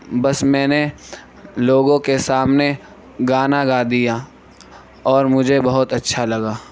بس میں نے لوگوں کے سامنے گانا گا دیا اور مجھے بہت اچھا لگا